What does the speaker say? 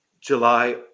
July